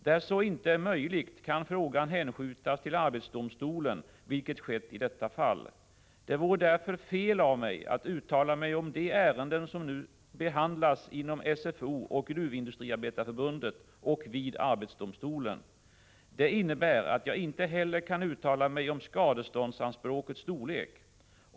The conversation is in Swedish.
Där så 65 inte är möjligt kan frågan hänskjutas till arbetsdomstolen, vilket skett i detta fall. Det vore därför fel av mig att uttala mig om de ärenden som nu behandlas inom SFO och Gruvindustriarbetareförbundet och vid arbetsdomstolen. Det innebär att jag inte heller kan uttala mig om skadeståndsanspråkets storlek.